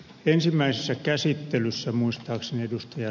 ensimmäisessä käsittelyssä muistaakseni ed